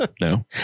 no